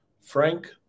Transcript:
Frank